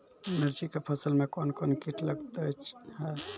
मिर्ची के फसल मे कौन कौन कीट लगते हैं?